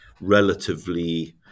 relatively